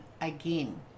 again